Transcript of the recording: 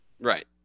Right